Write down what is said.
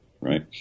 Right